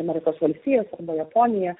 amerikos valstijas japoniją